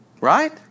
Right